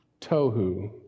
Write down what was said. tohu